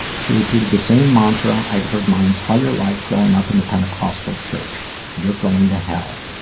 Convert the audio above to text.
she repeated the same mantra i'd heard my entire life growing up in the pentecostal church you're going to hell.